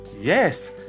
Yes